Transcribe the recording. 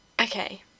okay